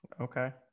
Okay